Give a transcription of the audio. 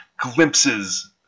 glimpses